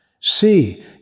See